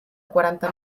quaranta